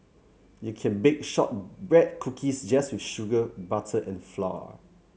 you can bake shortbread cookies just with sugar butter and flour